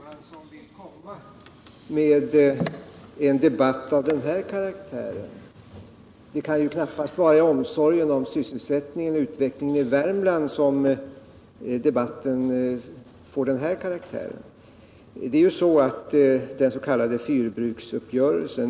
Herr talman! Jag vet inte vart Sune Johansson vill komma med en debatt av den här karaktären. Det kan ju knappast vara omsorg om sysselsättningen och utvecklingen i Värmland som dikterat det inlägg Sune Johansson gjorde.